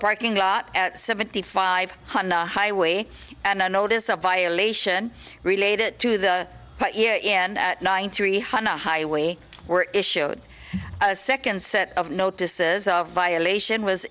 parking lot at seventy five hundred highway and i notice a violation related to the nine three hundred a highway were issued a second set of notices of violation was